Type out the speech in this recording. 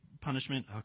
punishment